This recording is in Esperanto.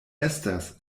estas